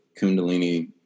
kundalini